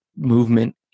movement